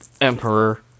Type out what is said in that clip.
Emperor